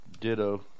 Ditto